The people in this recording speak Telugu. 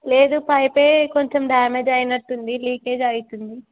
లేదు పైపే కొంచెం డ్యామేజ్ అయినట్టుంది లీకేజ్ అవుతుంది